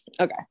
Okay